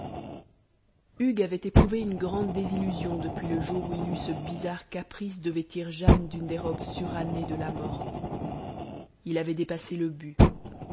hugues avait éprouvé une grande désillusion depuis le jour où il eut ce bizarre caprice de vêtir jane d'une des robes surannées de la morte il avait dépassé le but